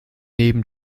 neben